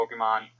Pokemon